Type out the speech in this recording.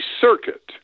circuit